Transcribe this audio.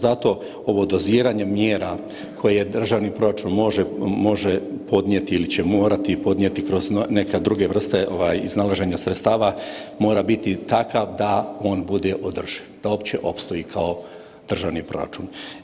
Zato ovo doziranje mjera koje državni proračun može podnijeti ili će morati podnijeti kroz neke druge vrste iznalaženja sredstava mora biti takav da bude održiv, da opće opstoji kao državni proračun.